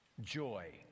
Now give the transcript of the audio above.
Joy